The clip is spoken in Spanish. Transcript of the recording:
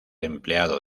empleado